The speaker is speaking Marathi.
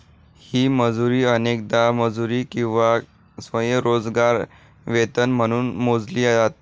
ही मजुरी अनेकदा मजुरी किंवा स्वयंरोजगार वेतन म्हणून मोजली जाते